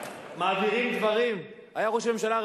מי היה ראש הממשלה?